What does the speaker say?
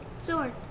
Sword